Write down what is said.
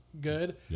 good